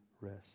rest